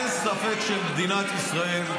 אין ספק שמדינת ישראל,